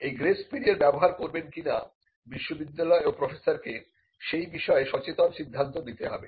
এই grace period ব্যবহার করবেন কিনা বিশ্ববিদ্যালয় ও প্রফেসরকে সেই বিষয়ে সচেতন সিদ্ধান্ত নিতে হবে